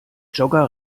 jogger